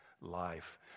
life